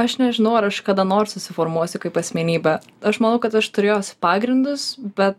aš nežinau ar aš kada nors susiformuosiu kaip asmenybė aš manau kad aš turiu jos pagrindus be